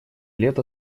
лет